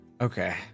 Okay